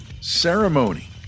Ceremony